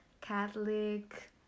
Catholic